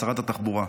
לשרת התחבורה,